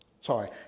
sorry